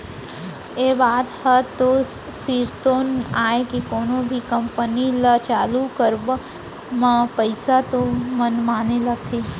ये बात ह तो सिरतोन आय के कोनो भी कंपनी ल चालू करब म पइसा तो मनमाने लगथे